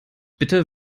bitte